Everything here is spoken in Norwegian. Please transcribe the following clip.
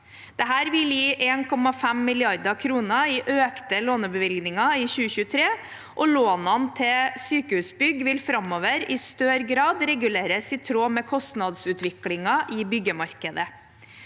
Dette vil gi 1,5 mrd. kr i økte lånebevilgninger i 2023, og lånene til sykehusbygg vil framover i større grad reguleres i tråd med kostnadsutviklingen i byggemarkedet.